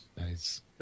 Nice